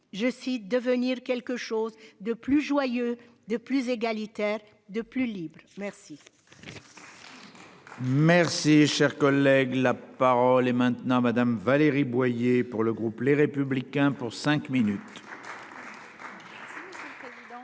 je cite, devenir quelque chose de plus joyeux de plus égalitaire de plus libre. Merci. Merci. Si cher collègue, la parole est maintenant Madame Valérie Boyer pour le groupe Les Républicains pour cinq minutes.